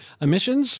emissions